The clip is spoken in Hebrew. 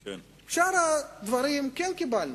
את שאר הדברים כן קיבלנו.